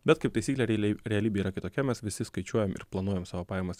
bet kaip taisyklė realiai realybė yra kitokia mes visi skaičiuojam ir planuojam savo pajamas